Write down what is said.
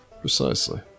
Precisely